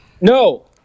No